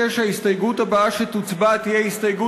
ההסתייגות של קבוצת סיעת יהדות התורה לסעיף